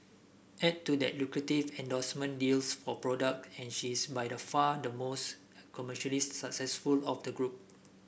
add to that lucrative endorsement deals for product and she is by far the most commercially successful of the group